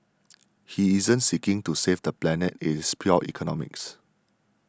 he isn't seeking to save the planet it's pure economics